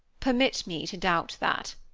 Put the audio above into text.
permit me to doubt that.